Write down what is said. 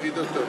שמטריד אותו.